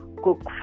Cook